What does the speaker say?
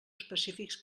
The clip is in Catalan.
específics